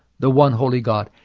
the one holy god,